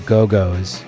Go-Go's